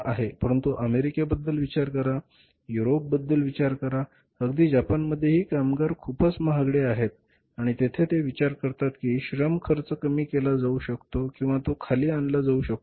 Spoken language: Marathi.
परंतु अमेरिकेबद्दल विचार करा युरोपबद्दल विचार करा अगदी जपानमध्येही कामगार खूपच महागडे आहेत आणि तेथे ते विचार करतात की श्रम खर्च कमी केला जाऊ शकतो किंवा तो खाली आणला जाऊ शकतो